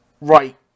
Right